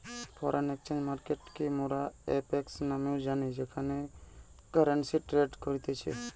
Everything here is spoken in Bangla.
ফরেন এক্সচেঞ্জ মার্কেটকে মোরা এফ.এক্স নামেও জানি যেখানে কারেন্সি ট্রেড করতিছে